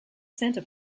santa